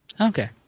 Okay